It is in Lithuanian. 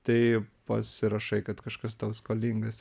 tai pasirašai kad kažkas tau skolingas